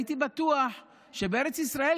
הייתי בטוח שבארץ ישראל,